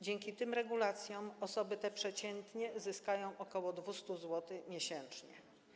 Dzięki tym regulacjom osoby te przeciętnie zyskają ok. 200 zł miesięcznie.